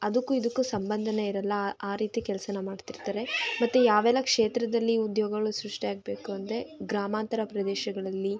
ಅದಕ್ಕು ಇದಕ್ಕು ಸಂಬಂಧವೇ ಇರೋಲ್ಲ ಆ ರೀತಿ ಕೆಲ್ಸ ಮಾಡ್ತಿರ್ತಾರೆ ಮತ್ತು ಯಾವೆಲ್ಲ ಕ್ಷೇತ್ರದಲ್ಲಿ ಉದ್ಯೋಗಳು ಸೃಷ್ಟಿ ಆಗಬೇಕು ಅಂದ್ರೆ ಗ್ರಾಮಾಂತರ ಪ್ರದೇಶಗಳಲ್ಲಿ